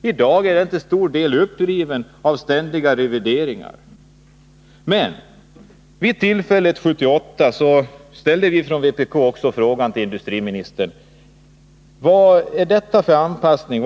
Men i dag är den till stor del uppriven av ständiga revideringar. År 1978 frågade vi industriministern vilka anpassningsmöjligheter strukturplanen innebar.